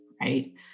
right